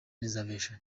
reservation